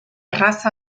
erraz